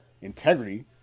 integrity